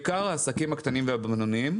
בעיקר העסקים הקטנים והבינוניים,